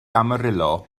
amarillo